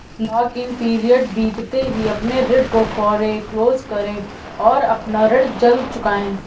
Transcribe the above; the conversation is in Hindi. लॉक इन पीरियड बीतते ही अपने ऋण को फोरेक्लोज करे और अपना ऋण जल्द चुकाए